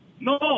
No